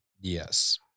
Yes